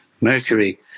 Mercury